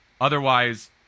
Otherwise